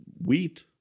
wheat